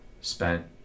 spent